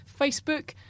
Facebook